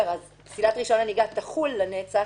פסילת רישיון הנהיגה תחול לנצח,